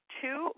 two